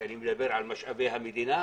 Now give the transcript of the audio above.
כשאני מדבר על משאבי המדינה,